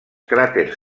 cràters